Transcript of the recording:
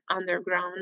underground